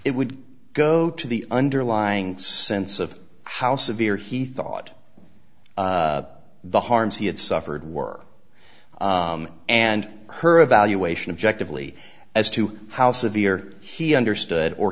it would go to the underlying sense of how severe he thought the harms he had suffered were and her evaluation objective lee as to how severe he understood or